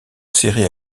série